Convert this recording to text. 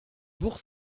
bourg